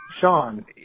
Sean